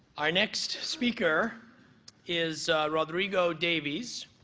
our next speaker is rodrigo davies,